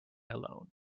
alone